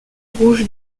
rouge